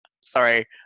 sorry